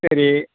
சரி